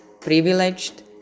privileged